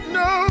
no